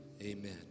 amen